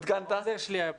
העוזר שלי היה פה.